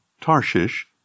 Tarshish